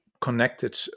connected